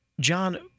John